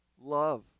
love